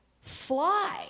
fly